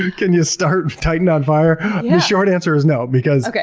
ah can you start titan on fire? the short answer is no because,